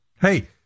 Hey